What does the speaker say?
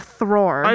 Thror